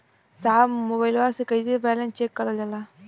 साहब मोबइलवा से कईसे बैलेंस चेक करल जाला?